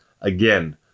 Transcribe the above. again